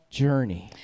journey